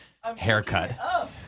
haircut